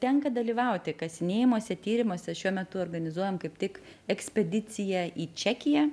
tenka dalyvauti kasinėjimuose tyrimuose šiuo metu organizuojam kaip tik ekspediciją į čekiją